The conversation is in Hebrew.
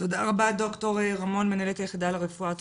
תודה רבה, ד"ר רמון, מנהלת היחידה לרפואה דחופה.